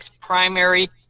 primary